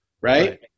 Right